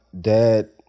dad